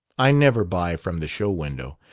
i never buy from the show-window.